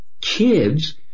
kids